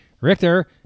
Richter